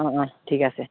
অঁ অঁ ঠিক আছে